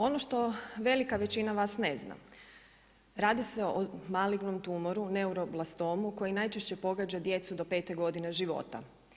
Ono što velika većina vas ne zna, radi se o malignom tumoru, neuroblastomu koji najčešće pogađa djecu do 5 godine života.